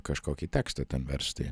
kažkokį tekstą ten versti